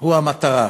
הוא המטרה,